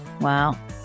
Wow